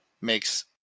makes